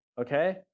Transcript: Okay